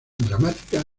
dramática